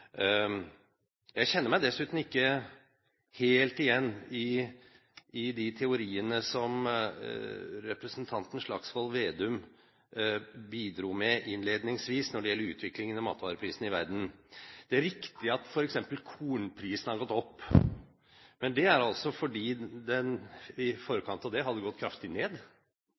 Jeg kjenner meg dessuten ikke helt igjen i de teoriene som representanten Slagsvold Vedum bidro med innledningsvis når det gjelder utviklingen av matvareprisene i verden. Det er riktig at f.eks. kornprisene har gått opp, men det er fordi de i forkant hadde gått kraftig ned.